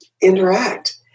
interact